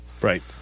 Right